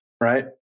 right